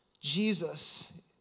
Jesus